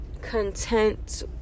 content